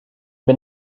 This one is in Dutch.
ben